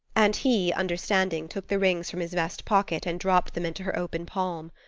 and he, understanding, took the rings from his vest pocket and dropped them into her open palm.